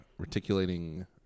reticulating